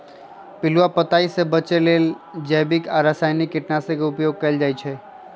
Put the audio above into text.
पिलुआ पताइ से बचे लेल जैविक आ रसायनिक कीटनाशक के उपयोग कएल जाइ छै